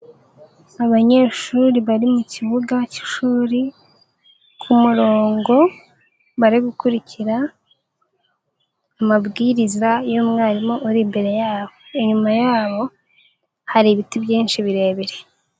Abanyeshuri bari mu kibuga k'ishuri ku murongo, bari gukurikira amabwiriza y'umwarimu uri imbere yabo, inyuma yabo hari ibiti byinshi birebire.